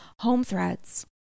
HomeThreads